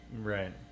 right